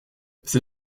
c’est